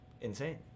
insane